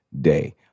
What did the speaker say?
day